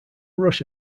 rush